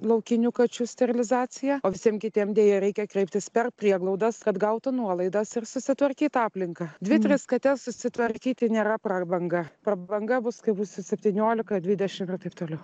laukinių kačių sterilizaciją o visiems kitiems deja reikia kreiptis per prieglaudas kad gautų nuolaidas ir susitvarkyt aplinką dvi tris kates susitvarkyti nėra prabanga prabanga bus kai bus septyniolika dvidešimt ir taip toliau